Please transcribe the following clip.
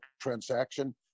transaction